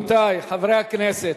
רבותי חברי הכנסת,